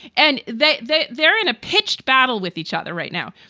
and that that they're in a pitched battle with each other right now.